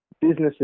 businesses